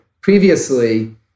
previously